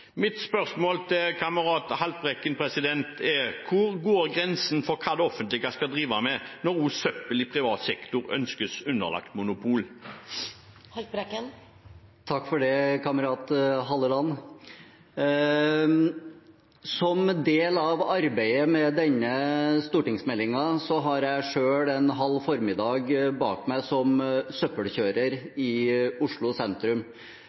Mitt spørsmål til kamerat Haltbrekken er: Hvor går grensen for hva det offentlige skal drive med når også søppel i privat sektor ønskes underlagt monopol? Takk for det, kamerat Halleland. Som del av arbeidet med denne stortingsmeldingen har jeg selv en halv formiddag bak meg som søppelkjører i Oslo sentrum